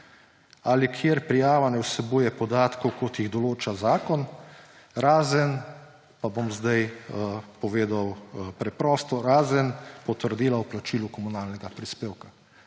ali kjer prijava ne vsebuje podatkov, kot jih določa zakon, razen – pa bom zdaj povedal preprosto – razen potrdila o plačilu komunalnega prispevka.